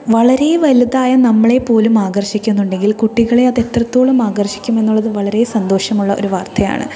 വളരെ വലുതായ നമ്മളെപ്പോലും ആകർഷിക്കുന്നുണ്ടെങ്കിൽ കുട്ടികളെ അത് എത്രത്തോളം ആകർഷിക്കുമെന്നുള്ളത് വളരെ സന്തോഷമുള്ള ഒരു വാർത്തയാണ്